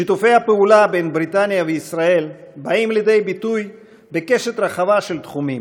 שיתופי הפעולה בין בריטניה וישראל באים לידי ביטוי בקשת רחבה של תחומים,